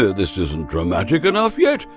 this isn't dramatic enough yet,